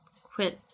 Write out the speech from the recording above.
quit